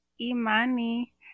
imani